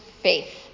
faith